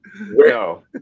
No